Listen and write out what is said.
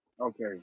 Okay